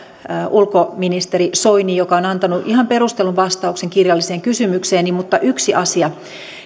ulkoministeri soiniin joka on antanut ihan perustellun vastauksen kirjalliseen kysymykseeni mutta yksi asia